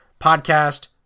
Podcast